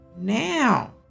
now